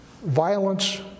violence